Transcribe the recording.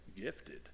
gifted